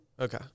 Okay